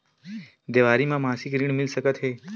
देवारी म मासिक ऋण मिल सकत हे?